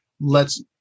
lets